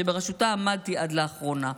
שבראשותה עמדתי עד לאחרונה.